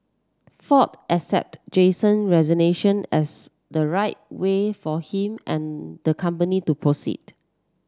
ford accepted Jason resignation as the right way for him and the company to proceed